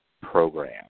program